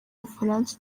bufaransa